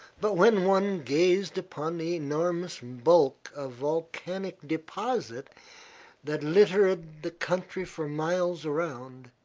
but when one gazed upon the enormous bulk of volcanic deposit that littered the country for miles around,